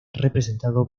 representado